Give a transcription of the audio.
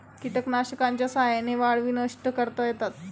कीटकनाशकांच्या साह्याने वाळवी नष्ट करता येतात